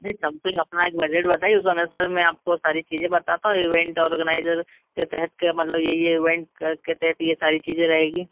नहीं समथिंग अपना एक बजट बताइए उस अनुसार मैं आपको सारी चीज़ें बताता हूँ ईवेंट ऑर्गेनाइजर के तहत के मतलब ये ये वेन ये सारी चीज़ें रहेंगी